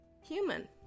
human